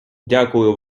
дякую